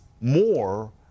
more